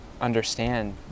understand